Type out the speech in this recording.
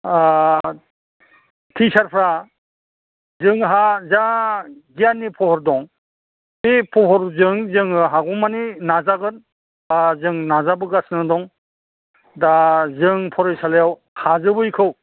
टिसारफ्रा जोंहा जा गियाननि फहर दं बे फहरजों जोङो हागौमानि नाजागोन जों नाजाबोगासिनो दं दा जों फरायसालियाव हाजोबैखौ